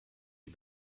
die